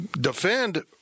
defend